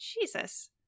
Jesus